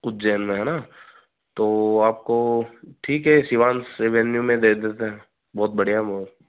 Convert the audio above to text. उज्जैन में है न तो आपको ठीक है सिवान से वैन्यू में दे देते हैं बहुत बढ़िया है